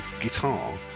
guitar